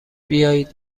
بیایید